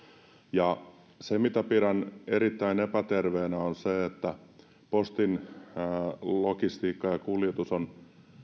ja se mitä pidän erittäin epäterveenä on se että postin logistiikka ja ja kuljetus on